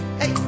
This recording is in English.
hey